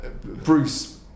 Bruce